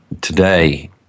today